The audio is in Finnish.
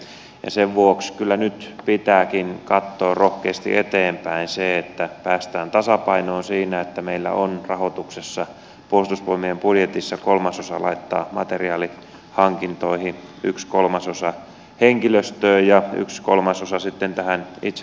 ne ovat olleet aika kovia päätöksiä ja sen vuoksi kyllä nyt pitääkin katsoa rohkeasti eteenpäin että päästään tasapainoon siinä että meillä on rahoituksessa puolustusvoimien budjetissa kolmasosa laittaa materiaalihankintoihin yksi kolmasosa henkilöstöön ja yksi kolmasosa sitten tähän itse toimintaan